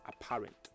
apparent